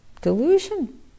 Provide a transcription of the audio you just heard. delusion